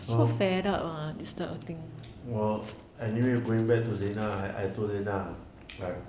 so oh anyway going back to zina I I told zina like